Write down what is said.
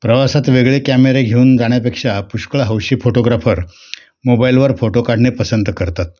प्रवासात वेगळे कॅमेरे घेऊन जाण्यापेक्षा पुष्ळळ हौशी फोटोग्राफर मोबाईलवर फोटो काढणे पसंत करतात